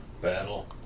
Battle